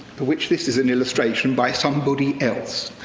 for which this is an illustration by somebody else.